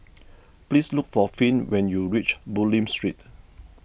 please look for Finn when you reach Bulim Street